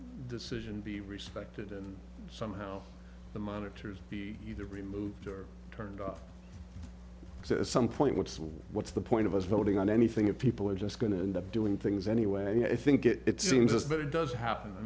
decision be respected and somehow the monitors be either removed or turned off some point what's what's the point of us voting on anything if people are just going to end up doing things anyway and i think it it seems as if it does happen i